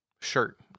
shirt